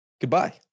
goodbye